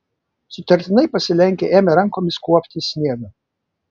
sutartinai pasilenkę ėmė rankomis kuopti sniegą